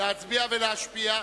להצביע ולהשפיע,